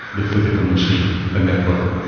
the physical machine, the network.